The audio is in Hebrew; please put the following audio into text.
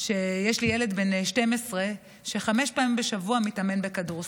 שיש לי ילד בן 12 שחמש פעמים בשבוע מתאמן בכדורסל,